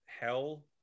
hell